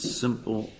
simple